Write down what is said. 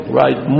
right